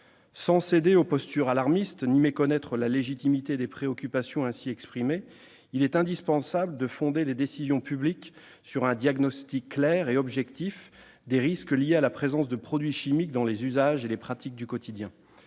Sans céder aux postures alarmistes ni méconnaître la légitimité des préoccupations ainsi exprimées, il est indispensable de fonder les décisions publiques sur un diagnostic clair et objectif des risques liés à la présence de produits chimiques dans les usages et les pratiques du quotidien.